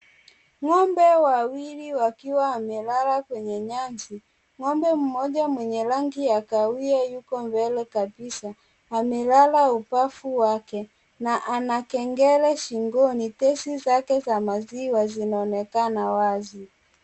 Ngombe wawili wakiwa wamelala kwenye nyasi, ngombe mmoja wenye rangi ya kahawia yuko mbele kabisa, amelala ubavu wake na ana kengele shingoni, thesi zake za maziwa zinaonekana wazi.